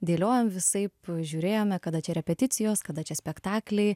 dėliojom visaip žiūrėjome kada čia repeticijos kada čia spektakliai